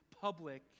public